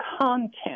content